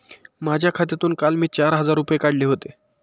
माझ्या खात्यातून काल मी चार हजार रुपये काढले होते